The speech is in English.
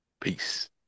Peace